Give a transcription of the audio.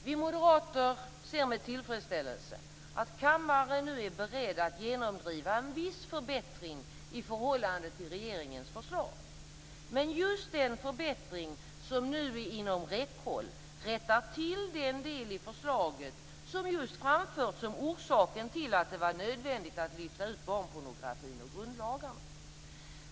Vi moderater ser med tillfredsställelse att kammaren nu är beredd att genomdriva en viss förbättring i förhållande till regeringens förslag, men just den förbättring som nu är inom räckhåll rättar till den del i förslaget som just framförts som orsaken till att det var nödvändigt att lyfta ut barnpornografin ur grundlagarna.